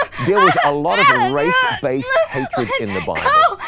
there was a lot of race-based hatred in the bible,